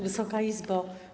Wysoka Izbo!